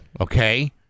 okay